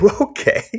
okay